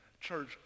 Church